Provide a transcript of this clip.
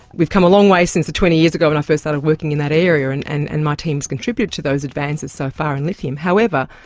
we've come a long way since the twenty years ago when i first started working in that area, and and and my team has contributed to those advances so far in lithium. however,